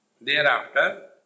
Thereafter